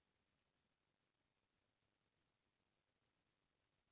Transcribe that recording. बुता म फायदा होही की रोपा म?